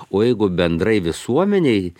o jeigu bendrai visuomenei